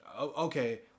okay